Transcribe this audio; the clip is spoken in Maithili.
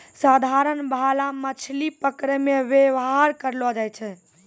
साधारण भाला मछली पकड़ै मे वेवहार करलो जाय छै